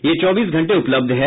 यह चौबीस घंटे उपलब्ध है